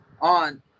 on